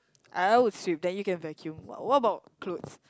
I would sweep then you can vacuum what what about clothes